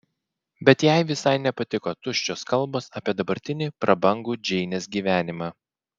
bet jai visai nepatiko tuščios kalbos apie dabartinį prabangų džeinės gyvenimą